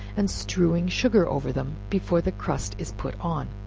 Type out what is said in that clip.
and strewing sugar over them before the crust is put on.